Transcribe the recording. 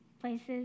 places